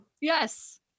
Yes